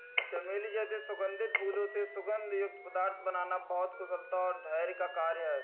चमेली जैसे सुगंधित फूलों से सुगंध युक्त पदार्थ बनाना बहुत कुशलता और धैर्य का कार्य है